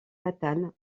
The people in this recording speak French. natale